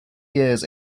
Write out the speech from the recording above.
years